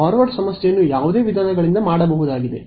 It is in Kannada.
ಫಾರ್ವರ್ಡ್ ಸಮಸ್ಯೆಯನ್ನು ಯಾವುದೇ ವಿಧಾನಗಳಿಂದ ಮಾಡಬಹುದಾಗಿದೆ